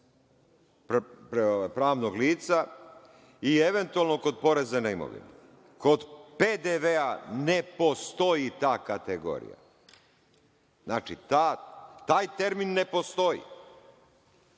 pravnog lica i eventualno kod poreza na imovinu. Kod PDV-a ne postoji ta kategorija. Znači, taj termin ne postoji.